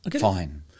fine